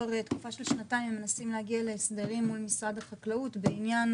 שתקופה של שנתיים מנסים להגיע להסדרים עם משרד החקלאות בעניין